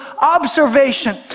observation